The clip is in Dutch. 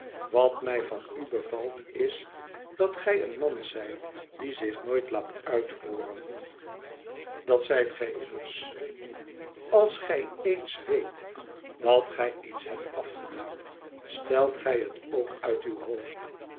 wat mij van u bevalt is dat gij een man zijt die zich nooit laat uithooren dat zijt gij immers als gij ééns weet dat gij iets hebt afgedaan stelt gij het ook uit uw hoofd